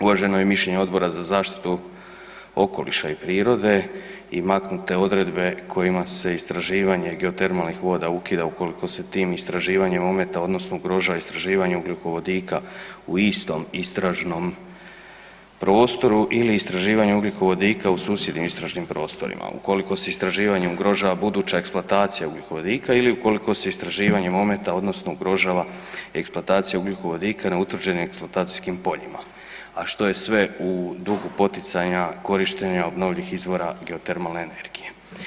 Uvažena je mišljenje Odbora za zaštitu okoliša i prirode i maknute odredbe kojima se istraživanje geotermalnih voda ukida ukoliko se tim istraživanjima ometa odnosno ugrožava istraživanje ugljikovodika u istom istražnom prostoru ili istraživanje ugljikovodika u susjednim istražnim prostorima ukoliko se istraživanje ugrožava buduća eksploatacija ugljikovodika ili ukoliko se istraživanjem ometa odnosno ometa odnosno ugrožava eksploatacija ugljikovodika na utvrđenim eksploatacijskim poljima a što je sve u duhu poticanja korištenja obnovljivih izvora geotermalne energije.